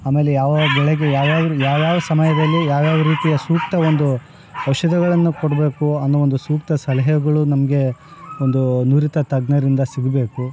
ಆಮೇಲೆ ಯಾವ ಬೆಳೆಗೆ ಯಾವ್ಯಾವ ಯಾವ್ಯಾವ ಸಮಯದಲ್ಲಿ ಯಾವ್ಯಾವ ರೀತಿಯ ಸೂಕ್ತ ಒಂದು ಔಷಧಗಳನ್ನು ಕೊಡಬೇಕು ಅನ್ನೋ ಒಂದು ಸೂಕ್ತ ಸಲಹೆಗಳು ನಮಗೆ ಒಂದು ನುರಿತ ತಜ್ಞರಿಂದ ಸಿಗಬೇಕು